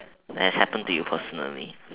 that has happened to you personally